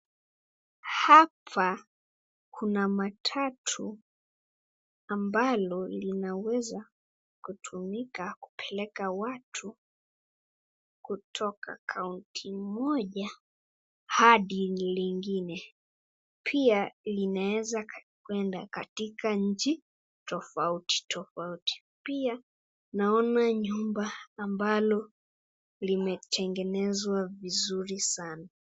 county